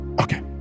Okay